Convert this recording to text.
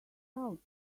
out